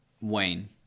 Wayne